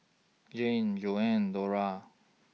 Jeanie Joanna Dora